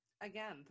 again